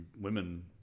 women